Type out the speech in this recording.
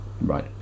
Right